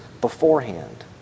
beforehand